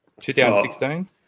2016